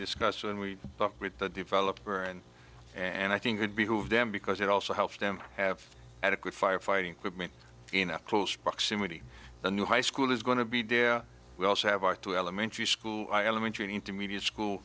discuss and we talked with the developer and and i think it behooves them because it also helps them have adequate firefighting equipment in close proximity the new high school is going to be do we also have our two elementary school elementary intermediate school